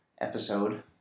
episode